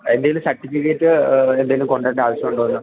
എന്തെങ്കിലും സർട്ടിഫിക്കേറ്റ് എന്തെങ്കിലും കൊണ്ടുവരേണ്ട ആവിശ്യം ഉണ്ടോയെന്ന്